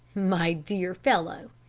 my dear fellow,